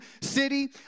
city